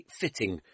fitting